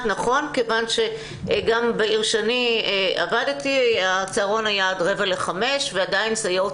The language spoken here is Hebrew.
נכון כיוון שגם בעיר שאני עבדתי הצהרון היה עד רבע לחמש ועדיין סייעות